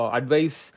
advice